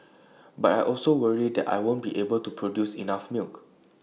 but I also worry that I won't be able to produce enough milk